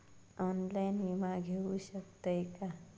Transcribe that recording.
Online विमा घेऊ शकतय का?